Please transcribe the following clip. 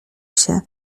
się